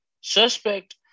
suspect